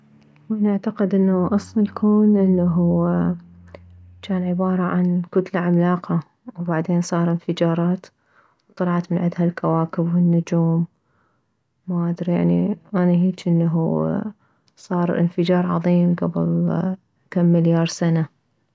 اني اعتقد انه اصل الكون انه جان عبارة عن كتلة عملاقة وبعدين صار انفجارات وطلعت من عدها الكواكب والنجوم ما ادري يعني اني هيج انه صار انفجار عظيم كبل كم مليار سنة